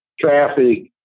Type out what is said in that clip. traffic